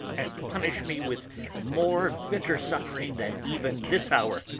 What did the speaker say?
and punish me with more bitter suffering than even this hour,